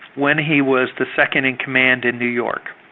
when he was the second-in-command in new york,